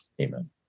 Amen